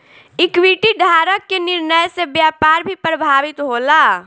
equity धारक के निर्णय से व्यापार भी प्रभावित होला